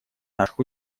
наших